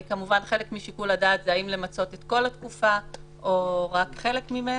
כמובן שחלק משיקול הדעת הוא האם למצות את כל התקופה או רק חלק ממנה.